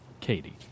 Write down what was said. Katie